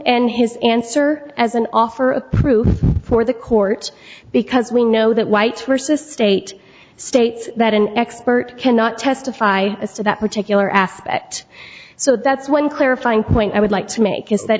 and his answer as an offer a proof for the court because we know that white versus state states that an expert cannot testify as to that particular aspect so that's one clarifying point i would like to make is that